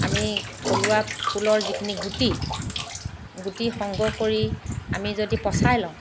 আমি থলুৱা ফুলৰ যিখিনি গুটি গুটি সংগ্ৰহ কৰি আমি যদি পচাই লওঁ